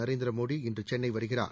நரேந்திர மோடி இன்று சென்னை வருகிறார்